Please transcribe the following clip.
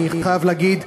אני חייב להגיד,